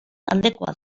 aldekoa